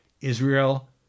Israel